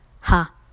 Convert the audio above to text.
Ha